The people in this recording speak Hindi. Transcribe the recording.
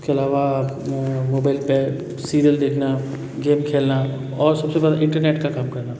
उसके अलावा मोबाईल पर सीरीअल देखना गेम खेलना और सबसे पहले इंटरनेट का काम करना